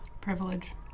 Privilege